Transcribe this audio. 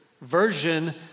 version